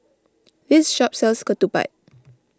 this shop sells Ketupat